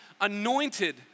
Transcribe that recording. anointed